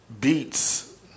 Beats